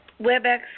WebEx